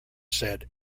said